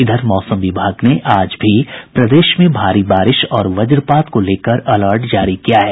इधर मौसम विभाग ने आज भी प्रदेश में भारी बारिश और वज्पात को लेकर अलर्ट जारी किया है